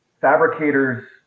fabricators